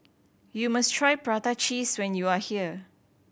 you must try prata cheese when you are here